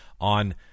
on